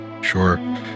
Sure